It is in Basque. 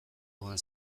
dudan